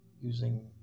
using